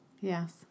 Yes